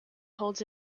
holds